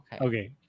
Okay